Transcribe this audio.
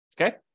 Okay